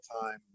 time